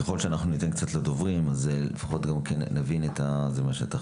ככל שאנחנו ניתן לדוברים לדבר נבין את זה מהשטח.